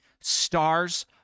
stars